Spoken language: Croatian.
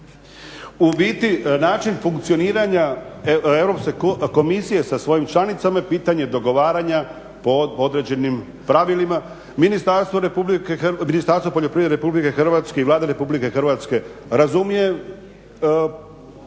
U biti način funkcioniranja Europske komisije sa svojim članicama je pitanje dogovaranja po određenim pravilima. Ministarstvo poljoprivrede RH i Vlada RH razumijem